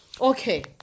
Okay